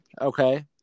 Okay